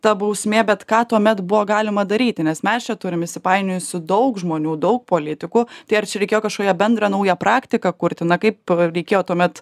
ta bausmė bet ką tuomet buvo galima daryti nes mes čia turim įsipainiojusių daug žmonių daug politikų tai ar čia reikėjo kažkokią bendrą naują praktiką kurti na kaip reikėjo tuomet